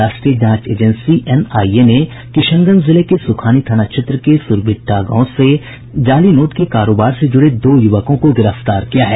राष्ट्रीय जांच agency NIA ने किशनगंज जिले के सुखानी थाना क्षेत्र के सुरभिट्ठा गांव से जाली नोट के कारोबार से जुड़े दो युवकों को गिरफ्तार किया है